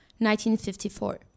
1954